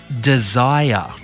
desire